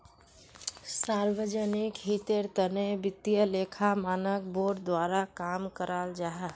सार्वजनिक हीतेर तने वित्तिय लेखा मानक बोर्ड द्वारा काम कराल जाहा